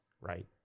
right